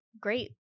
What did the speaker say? great